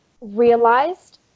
realized